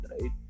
right